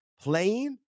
playing